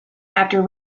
after